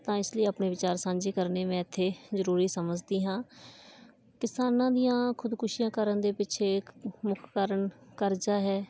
ਤਾਂ ਇਸ ਲਈ ਆਪਣੇ ਵਿਚਾਰ ਸਾਂਝੇ ਕਰਨੇ ਮੈਂ ਇੱਥੇ ਜ਼ਰੂਰੀ ਸਮਝਦੀ ਹਾਂ ਕਿਸਾਨਾਂ ਦੀਆਂ ਖੁਦਕੁਸ਼ੀਆਂ ਕਰਨ ਦੇ ਪਿੱਛੇ ਇੱਕ ਮੁੱਖ ਕਾਰਣ ਕਰਜ਼ਾ ਹੈ